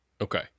Okay